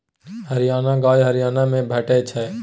हरियाणा गाय हरियाणा मे भेटै छै